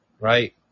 right